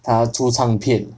他出唱片